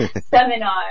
seminar